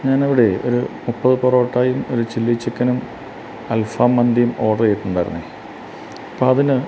ഞാനവിടേ ഒരു മുപ്പത് പൊറോട്ടായും ഒരു ചില്ലി ചിക്കനും അൽഫാമ്മന്തീം ഓഡ്രെയ്തിട്ടുണ്ടായിരുന്നെ അപ്പോള് അതിന്